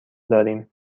داریم